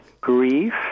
grief